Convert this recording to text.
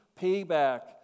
payback